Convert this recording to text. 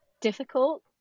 difficult